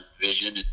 vision